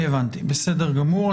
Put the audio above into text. בסדר גמור.